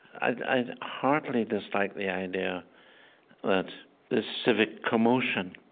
i heartily dislike the idea that this civic commotion